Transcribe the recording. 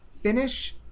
finish